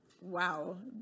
Wow